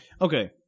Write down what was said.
Okay